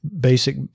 basic